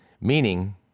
Meaning